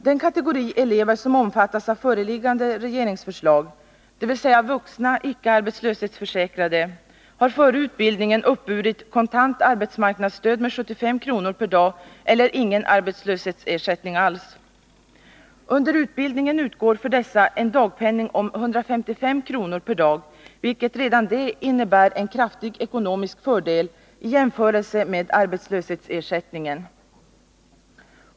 Den kategori elever som omfattas av föreliggande regeringsförslag, dvs. vuxna icke arbetslöshetsförsäkrade, har före utbildningen uppburit kontant arbetsmarknadsstöd med 75 kr. dag, vilket redan det innebär en stor ekonomisk fördel i jämförelse med arbetslöshetsersättningen.